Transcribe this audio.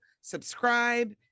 subscribe